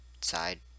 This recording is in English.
side